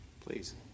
Please